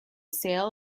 sale